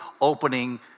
opening